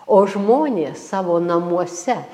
o žmonės savo namuose